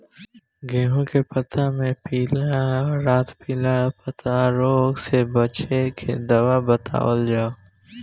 गेहूँ के पता मे पिला रातपिला पतारोग से बचें के दवा बतावल जाव?